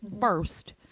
first